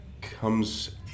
comes